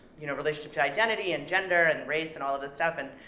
you know, relationship to identity, and gender, and race, and all of this stuff, and,